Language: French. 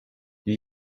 les